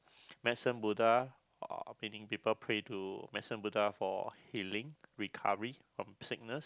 medicine Buddha uh people pray to medicine Buddha for healing recovery from sickness